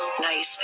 nice